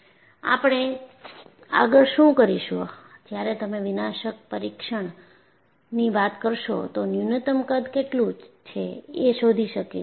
આપણે આગળ શું કરીશું જ્યારે તમે બિન વિનાશક પરીક્ષણ ની વાત કરશો તો ન્યૂનતમ કદ કેટલું છે એ શોધી શકે છે